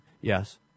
yes